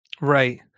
Right